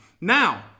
Now